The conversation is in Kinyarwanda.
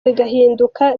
bigahinduka